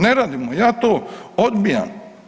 Ne radimo, ja to odbijam.